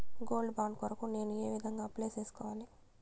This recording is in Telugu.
గోల్డ్ బాండు కొరకు నేను ఏ విధంగా అప్లై సేసుకోవాలి?